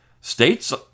States